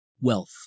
wealth